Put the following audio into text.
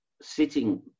sitting